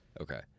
Okay